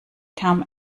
come